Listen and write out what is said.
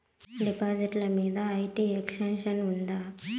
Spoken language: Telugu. డిపాజిట్లు మీద ఐ.టి ఎక్సెంప్షన్ ఉందా?